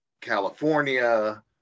california